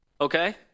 okay